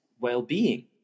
well-being